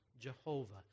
Jehovah